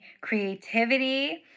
creativity